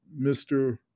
Mr